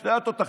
שני התותחים.